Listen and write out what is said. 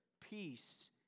Peace